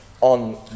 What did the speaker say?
on